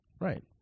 right